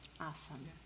Awesome